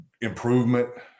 improvement